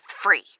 free